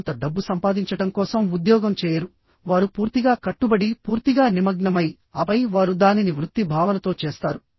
వారు కొంత డబ్బు సంపాదించడం కోసం ఉద్యోగం చేయరు వారు పూర్తిగా కట్టుబడి పూర్తిగా నిమగ్నమై ఆపై వారు దానిని వృత్తి భావనతో చేస్తారు